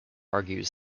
argues